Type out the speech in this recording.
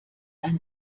ein